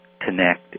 connect